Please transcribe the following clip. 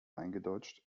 eingedeutscht